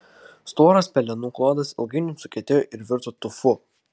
storas pelenų klodas ilgainiui sukietėjo ir virto tufu